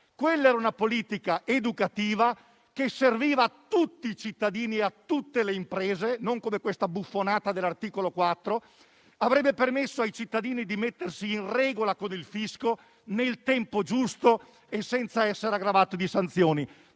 stata una politica educativa, utile a tutti i cittadini e a tutte le imprese, non come la buffonata dell'articolo 4; avrebbe permesso ai cittadini di mettersi in regola con il fisco, nel tempo giusto e senza essere gravati da sanzioni.